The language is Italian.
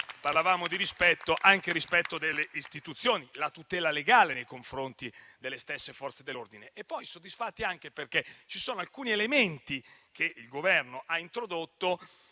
Parlavamo di rispetto ed è importante anche il rispetto delle istituzioni. Penso alla tutela legale nei confronti delle stesse Forze dell'ordine. Siamo soddisfatti anche perché ci sono alcuni elementi che il Governo ha introdotto